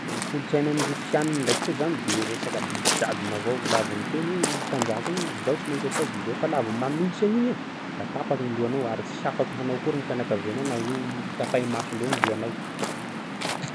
Ny kolon-tsaina ny Rosiana ndreky koa zany de resaka didy jadona avao la vao miteny hoe mpanjaka igny zao tsy maintsy atao fa lavo manohitsy aniny iha da tapaky ny lohanao ary tsy afaky hanao akory ny fianakavinao na hotapay imasondro lohanao